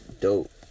dope